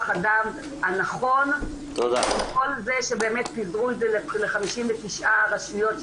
אדם הנכון עם כל זה שבאמת פיזרו את זה ל-59 רשויות,